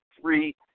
three